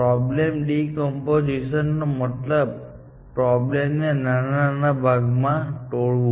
problem decomposition નો મતલબ problem ને નાના ભાગમાં તોડવું